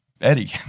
Eddie